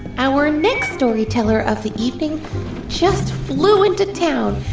our next storyteller of the evening just flew into town.